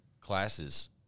classes